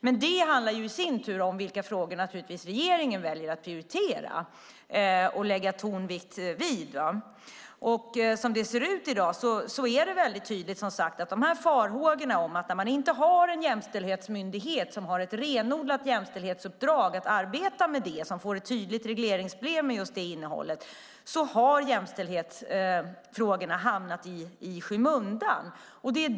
Det i sin tur handlar naturligtvis om vilka frågor regeringen väljer att prioritera och lägga tonvikt vid. Som det ser ut i dag är dessa farhågor, som sagt, tydliga. När man inte har en jämställdhetsmyndighet med ett renodlat jämställdhetsuppdrag, med ett tydligt regleringsbrev med just det innehållet, har jämställdhetsfrågorna hamnat i skymundan.